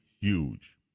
Huge